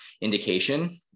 indication